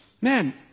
Man